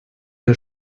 der